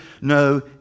no